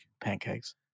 Pancakes